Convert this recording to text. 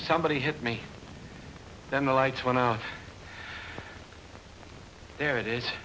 somebody hit me then the lights went out there it is